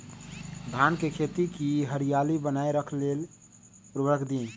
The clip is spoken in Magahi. धान के खेती की हरियाली बनाय रख लेल उवर्रक दी?